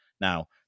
now